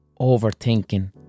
overthinking